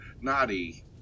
Naughty